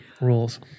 rules